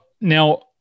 Now